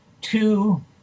two